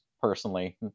personally